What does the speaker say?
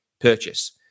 purchase